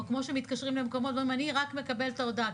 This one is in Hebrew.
או כמו שמתקשרים למקומות ואומרים: אני רק מקבל את ההודעה.